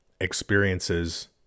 experiences